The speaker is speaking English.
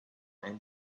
and